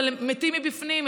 אבל הם מתים מבפנים,